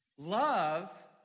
Love